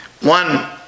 One